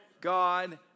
God